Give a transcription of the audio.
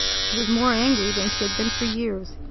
she was more angry than she had been for years.